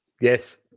Yes